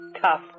tough